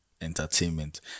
entertainment